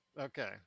okay